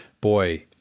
boy